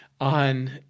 on